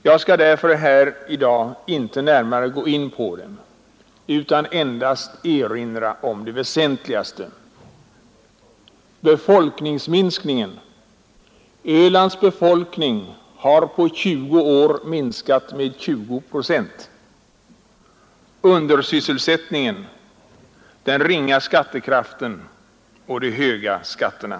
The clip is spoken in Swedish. Jag skall därför här i dag inte närmare gå in på dem utan endast erinra om de väsentligaste: befolkningsminskningen — Ölands befolkning har på 20 år minskat med 20 procent —, undersysselsättningen, den ringa skattekraften och de höga skatterna.